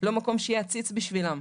לא מקום שהוא יהיה עציץ בשבילם.